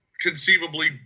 conceivably